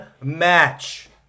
match